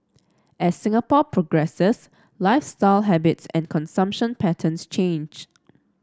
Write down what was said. as Singapore progresses lifestyle habits and consumption patterns change